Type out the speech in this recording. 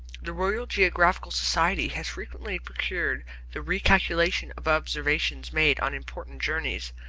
the royal geographical society has frequently procured the re-calculation of observations made on important journeys,